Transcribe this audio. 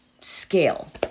scale